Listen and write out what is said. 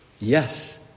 yes